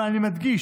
אבל אני מדגיש